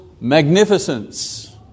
magnificence